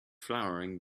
flowering